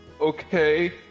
Okay